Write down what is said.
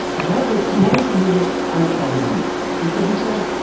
and that was he wanted to move it outside of the u s. because he said,